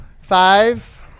Five